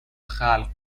خلق